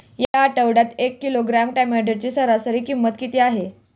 या आठवड्यात एक किलोग्रॅम टोमॅटोची सरासरी किंमत किती आहे?